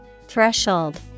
Threshold